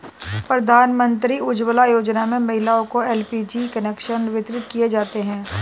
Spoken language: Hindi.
प्रधानमंत्री उज्ज्वला योजना में महिलाओं को एल.पी.जी कनेक्शन वितरित किये जाते है